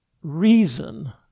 reason